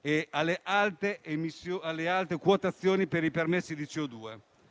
e delle alte quotazioni per i permessi di